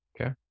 Okay